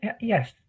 yes